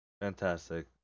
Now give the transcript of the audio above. fantastic